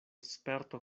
sperto